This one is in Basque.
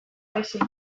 baizik